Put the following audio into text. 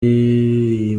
iyi